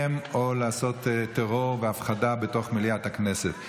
או לעשות טרור והפחדה בתוך מליאת הכנסת.